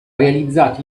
realizzato